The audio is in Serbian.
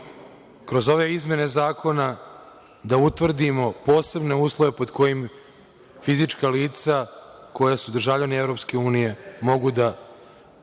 kroz ove izmene zakona da utvrdimo posebne uslove, pod kojim fizička lica koja su državljani Evropske Unije mogu da